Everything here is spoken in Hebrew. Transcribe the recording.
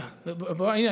הינה,